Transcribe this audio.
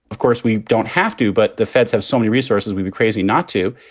of course, we don't have to, but the feds have so many resources we'd be crazy not to.